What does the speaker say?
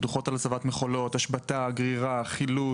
דוחות על הצבת מכולות, השבתה, גרירה, חילוט